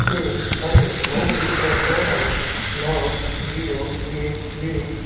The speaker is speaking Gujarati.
છે અને નવું વિતરણ સરનામું નવ ઝીરો એક બે